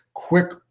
quick